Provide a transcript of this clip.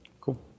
cool